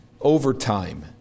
overtime